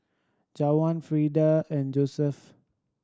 Juwan Frieda and Joesph